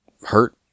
hurt